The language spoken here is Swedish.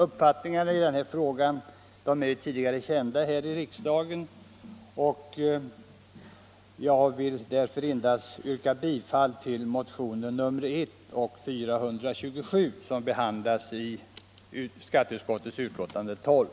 Uppfattningarna i denna fråga är kända här i riksdagen, och jag vill därför endast yrka bifall till motionerna 1 och 427, som behandlas i skatteutskottets betänkande nr 12.